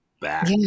back